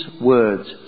words